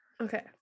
Okay